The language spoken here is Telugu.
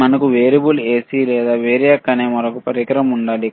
మనకు వేరియబుల్ ఎసి లేదా వేరియాక్ అనే మరో పరికరాలు ఉండాలి